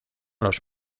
los